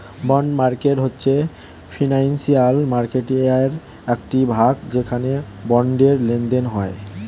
bond market হয়েছে financial মার্কেটয়ের একটি ভাগ যেখানে বন্ডের লেনদেন হয়